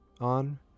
on